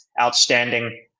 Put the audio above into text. outstanding